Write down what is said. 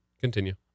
Continue